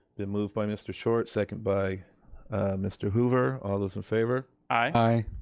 the move by mr. short, second by mr. hoover. all those in favor. aye. aye.